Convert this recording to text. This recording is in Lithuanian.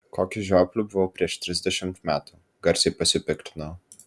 kokiu žiopliu buvau prieš trisdešimt metų garsiai pasipiktinau